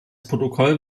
protokoll